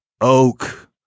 oak